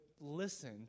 listen